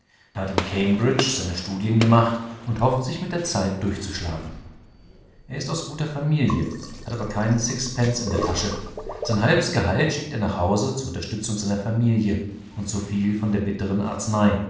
er hat in cambridge seine studien gemacht und hofft sich mit der zeit durchzuschlagen er ist aus guter familie hat aber keinen sixpence in der tasche sein halbes gehalt schickt er nach hause zur unterstützung seiner familie und soviel von der bitteren arznei